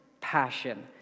passion